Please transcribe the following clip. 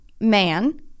man